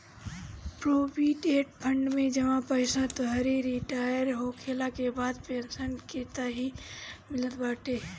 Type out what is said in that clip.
provident fund में जमा पईसा तोहरी रिटायर होखला के बाद पेंशन के तरही मिलत बाटे